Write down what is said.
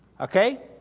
Okay